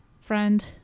friend